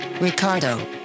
Ricardo